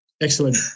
Excellent